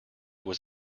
was